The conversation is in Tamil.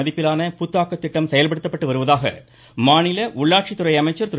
மதிப்பிலான புத்தாக்க திட்டம் செயல்படுத்தப்பட்டு வருவதாக மாநில உள்ளாட்சித்துறை அமைச்சர் திரு